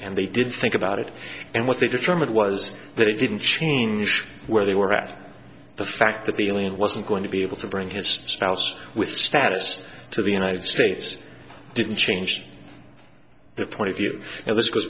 and they did think about it and what they determined was that it didn't change where they were at the fact that the alien wasn't going to be able to bring his strauss with status to the united states didn't changed their point of view and this goes